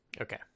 Okay